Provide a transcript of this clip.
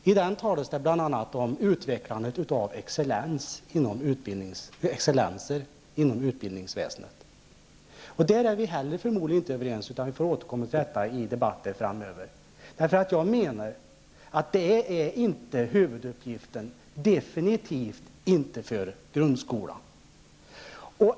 I den talas det bl.a. om utvecklandet av excellenser inom utbildningsväsendet. Där är vi förmodligen heller inte överens, utan vi får återkomma till detta i debatter framöver. Jag menar att detta definitivt inte är en huvuduppgift för grundskolan.